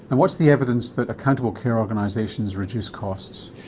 and what's the evidence that accountable care organisations reduce costs?